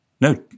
No